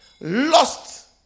lost